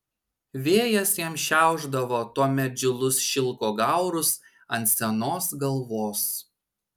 vėjas jam šiaušdavo tuomet žilus šilko gaurus ant senos galvos